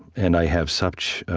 and i have such